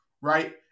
right